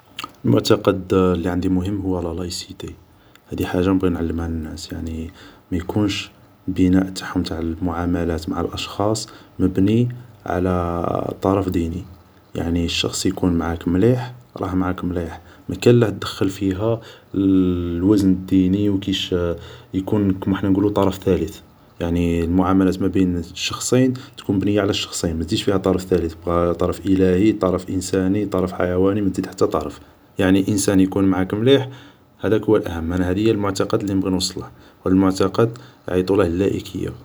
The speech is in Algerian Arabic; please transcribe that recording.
المعتقد لي عندي مهم هو لا لايسيتي هادي حاجة نبغي نعلمها لناس يعني ما يكونش البناء تاعهم تاع المعاملة مع الأشخاص مبني على طرف ديني يعني الشخص يكون معاك مليح راه معاك مليح مكالاه دخل فيها الوزن الديني و كيش كيما حنا نڨولو طرف ثالث يعني المعاملة ما بين شخصين تكون مبنية على الشخصين ما تزيدش فيها طرف ثالث طرف إلاهي طرف إنساني طرف حيواني ما تزيد حتى طرف يعني الانسان يكون معاك مليح هداك هو الأهم أنا هدي هي المعتقد لي نبغي نوصله و هاد المعتقد يعيطوله اللائكية